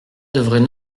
devrait